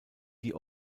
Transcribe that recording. die